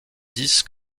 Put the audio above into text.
dix